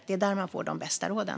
Det är där man får de bästa råden.